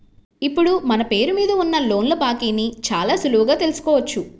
ఇప్పుడు మన పేరు మీద ఉన్న లోన్ల బాకీని చాలా సులువుగా తెల్సుకోవచ్చు